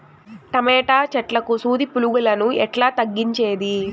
Tomato చెట్లకు సూది పులుగులను ఎట్లా తగ్గించేది?